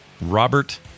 Robert